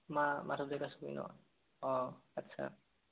মা মাধৱদেৱ ন অঁ আচ্ছা